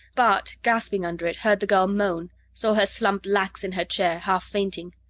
bart, gasping under it, heard the girl moan, saw her slump lax in her chair, half fainting.